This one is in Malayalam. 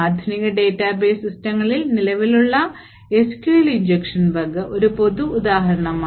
ആധുനിക ഡാറ്റാബേസ് സിസ്റ്റങ്ങളിൽ നിലവിലുള്ള എസ്ക്യുഎൽ ഇഞ്ചക്ഷൻ ബഗ് ഒരു പൊതു ഉദാഹരണമാണ്